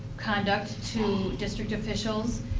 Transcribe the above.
conduct to district officials,